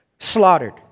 Slaughtered